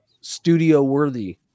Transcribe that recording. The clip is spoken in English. studio-worthy